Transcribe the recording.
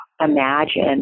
imagine